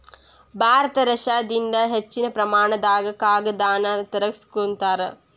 ಭಾರತ ರಷ್ಯಾದಿಂದ ಹೆಚ್ಚಿನ ಪ್ರಮಾಣದಾಗ ಕಾಗದಾನ ತರಸ್ಕೊತಾರ